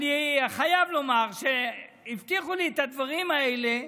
אני חייב לומר שהבטיחו לי את הדברים האלה,